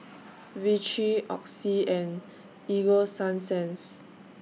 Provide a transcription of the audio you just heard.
Vichy Oxy and Ego Sunsense